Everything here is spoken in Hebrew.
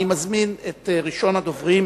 אני מזמין את ראשון הדוברים,